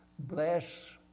Bless